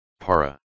para